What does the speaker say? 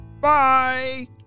Bye